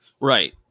Right